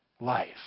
life